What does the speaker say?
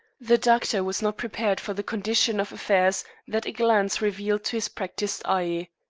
the doctor was not prepared for the condition of affairs that a glance revealed to his practised eye.